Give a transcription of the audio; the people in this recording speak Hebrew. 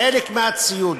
חלק מהציוד.